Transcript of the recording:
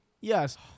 Yes